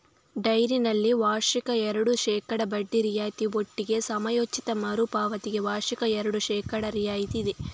ಡೈರಿನಲ್ಲಿ ವಾರ್ಷಿಕ ಎರಡು ಶೇಕಡಾ ಬಡ್ಡಿ ರಿಯಾಯಿತಿ ಒಟ್ಟಿಗೆ ಸಮಯೋಚಿತ ಮರು ಪಾವತಿಗೆ ವಾರ್ಷಿಕ ಎರಡು ಶೇಕಡಾ ರಿಯಾಯಿತಿ ಇದೆ